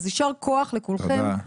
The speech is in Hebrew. יישר כוח לכולכם.